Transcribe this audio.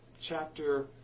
chapter